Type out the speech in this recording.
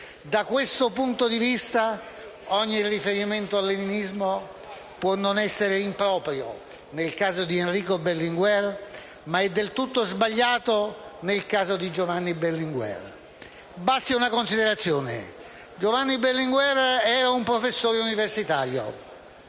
Da questo punto di vista, ogni riferimento al leninismo può non essere improprio nel caso di Enrico Berlinguer, ma è del tutto sbagliato nel caso di Giovanni Berlinguer. Basti una considerazione: Giovanni Berlinguer era un professore universitario,